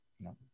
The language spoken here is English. No